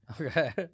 Okay